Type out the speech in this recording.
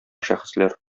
шәхесләр